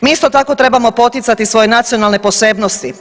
Mi isto tako trebamo poticati svoje nacionalne posebnosti.